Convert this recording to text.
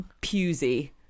Pusey